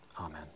Amen